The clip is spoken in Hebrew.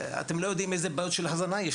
אתם לא יודעים איזה בעיות של הזנה יש